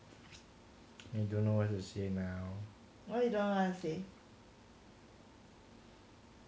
and don't know what to say